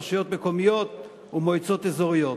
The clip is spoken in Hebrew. רשויות מקומיות ומועצות אזוריות.